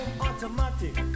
automatic